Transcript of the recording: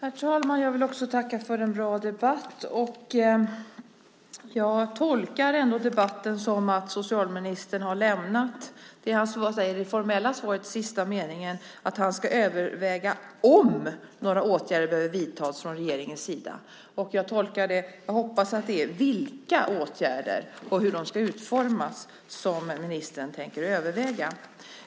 Herr talman! Också jag vill tacka för en bra debatt. Jag tolkar ändå debatten så att socialministern har lämnat det han säger i sista meningen i det formella, skriftliga, svaret, att han ska överväga om några åtgärder behöver vidtas från regeringens sida. Jag hoppas att det är vilka åtgärder som behöver vidtas och hur de ska utformas som ministern tänker överväga.